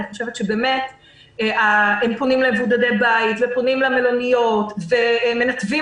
הם פונים למבודדי בית ופונים למלוניות ומנתבים